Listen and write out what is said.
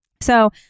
So-